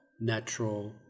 natural